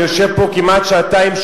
אני יושב פה כמעט שעתיים,